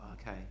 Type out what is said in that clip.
okay